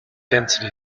density